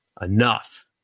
enough